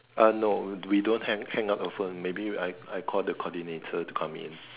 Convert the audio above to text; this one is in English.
uh no we don't hang hang up the phone maybe I I call the coordinator to come in